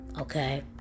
Okay